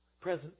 present